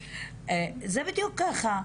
זה בדיוק ככה.